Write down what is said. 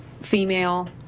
female